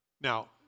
Now